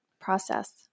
process